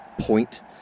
point